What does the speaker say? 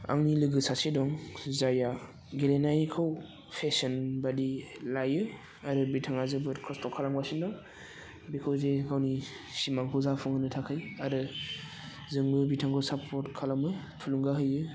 आंनि लोगो सासे दं जायआ गेलेनायखौ फेसन बादि लायो आरो बिथाङा जोबोर खस्थ' खालामगासिनो दं बिखौ जि गावनि सिमांखौ जाफुंहोनो थाखाय आरो जोंबो बिथांखौ सापर्ट खालामो थुलुंगा होयो